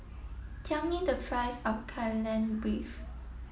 tell me the price of Kai Lan Beef